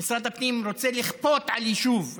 משרד הפנים רוצה לכפות על יישוב,